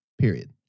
period